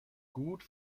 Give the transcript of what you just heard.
gut